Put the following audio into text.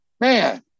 man